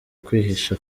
kwihisha